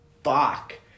Fuck